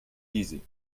dizzy